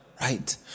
right